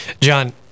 John